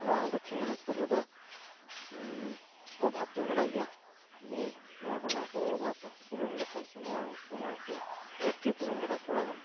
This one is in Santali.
ᱱᱚᱣᱟ ᱫᱚᱠᱠᱷᱤᱱ ᱫᱤᱱᱟᱡᱽᱯᱩᱨ ᱨᱮᱫᱚ ᱚᱵᱷᱟᱵᱽ ᱫᱚ ᱢᱮᱱᱟᱜ ᱜᱮᱭᱟ ᱡᱮ ᱱᱚᱣᱟ ᱠᱚ ᱚᱱᱟ ᱠᱚ ᱚᱵᱷᱟᱵ ᱯᱩᱨᱚᱱ ᱞᱮᱠᱷᱟᱱ ᱥᱮ ᱱᱚᱣᱟ ᱠᱚ ᱚᱱᱟ ᱠᱚ ᱜᱷᱟᱹᱴᱛᱤ ᱯᱩᱨᱚᱱ ᱞᱮᱠᱷᱟᱱ ᱛᱷᱚᱲᱟ ᱜᱟᱱ